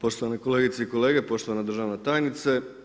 Poštovane kolegice i kolege, poštovana državna tajnice.